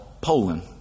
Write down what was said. Poland